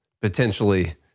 potentially